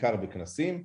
בעיקר בכנסים,